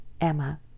Emma